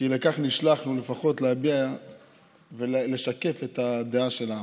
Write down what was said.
כי לכך נשלחנו, לפחות להביע ולשקף את הדעה של העם.